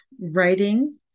writing